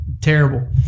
terrible